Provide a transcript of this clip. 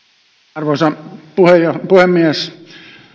arvoisa puhemies